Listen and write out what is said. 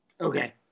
Okay